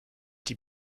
die